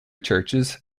churches